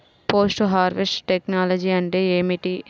Post harvest technology అంటే ఏమిటి?